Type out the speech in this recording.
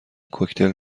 کوکتل